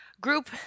group